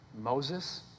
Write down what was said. Moses